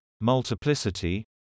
multiplicity